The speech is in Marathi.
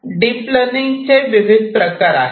डीप लर्निंगचे विविध प्रकार आहेत